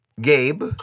Gabe